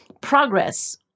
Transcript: progress